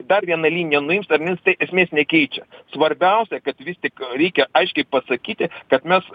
dar viena liniją nuims ar nenuims tai esmės nekeičia svarbiausia kad vis tik reikia aiškiai pasakyti kad mes